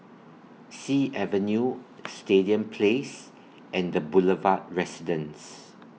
Sea Avenue Stadium Place and The Boulevard Residence